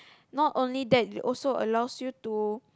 not only that they also allows you to